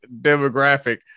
demographic